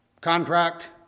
contract